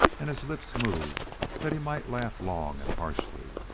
and his lips moved that he might laugh long and harshly.